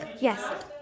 Yes